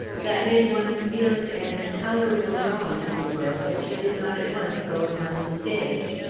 that made one feel it an intolerable wrong to the world that she did not at once go upon the stage.